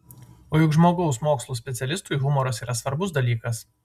o juk žmogaus mokslų specialistui humoras yra svarbus dalykas